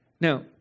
Now